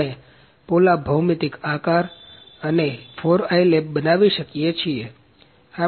આપણે પોલા ભૌતિક આકાર અને 4i લેબ બનાવી શકીએ છીએ